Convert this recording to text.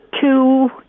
two